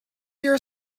your